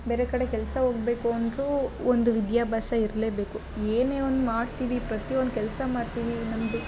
ಬೇರೆ ಕಡೆ ಕೆಲಸ ಹೋಗ್ಬೇಕು ಅಂದ್ರು ಒಂದು ವಿದ್ಯಾಭ್ಯಾಸ ಇರ್ಲೇ ಬೇಕು ಏನೇ ಒಂದು ಮಾಡ್ತೀವಿ ಪ್ರತಿಯೊಂದು ಕೆಲಸ ಮಾಡ್ತೀವಿ ನಮ್ಮದು